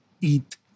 eat